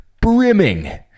brimming